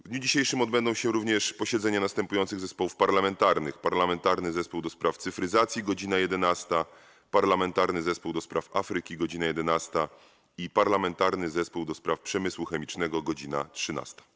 W dniu dzisiejszym odbędą się również posiedzenia następujących zespołów parlamentarnych: - Parlamentarnego Zespołu ds. Cyfryzacji - godz. 11, - Parlamentarnego Zespołu ds. Afryki - godz. 11, - Parlamentarnego Zespołu ds. Przemysłu Chemicznego - godz. 13.